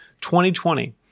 2020